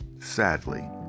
sadly